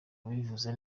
yabivuze